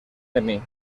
emmy